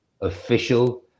official